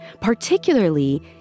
Particularly